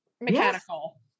mechanical